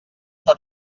però